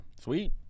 Sweet